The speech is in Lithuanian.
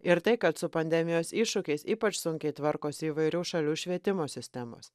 ir tai kad su pandemijos iššūkiais ypač sunkiai tvarkosi įvairių šalių švietimo sistemos